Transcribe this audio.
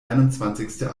einundzwanzigste